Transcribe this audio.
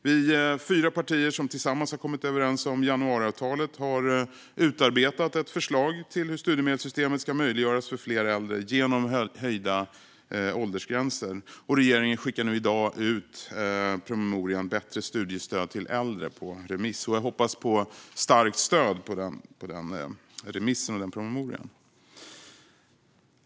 Vi fyra partier som tillsammans har kommit överens om januariavtalet har utarbetat ett förslag till hur studiemedelssystemet ska möjliggöras för fler äldre genom höjda åldersgränser. Regeringen skickar i dag ut promemorian Bättre studiestöd till äldre på remiss. Jag hoppas på starkt stöd för denna remiss och denna promemoria.